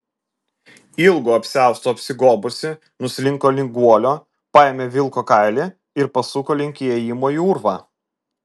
ilgu apsiaustu apsigobusi nuslinko link guolio paėmė vilko kailį ir pasuko link įėjimo į urvą